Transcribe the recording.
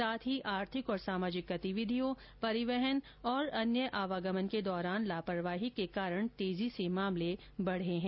साथ ही आर्थिक और सामाजिक गतिविधियों परिवहन और अन्य आवागमन के दौरान लापरवाही के कारण तेजी से मामले बढ़े हैं